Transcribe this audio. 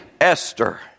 Esther